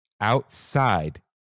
outside